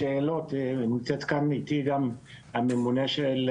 נמצאת כאן איתי גם הממונה שלי,